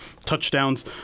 touchdowns